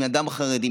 עם אדם חרדי,